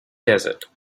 desert